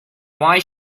why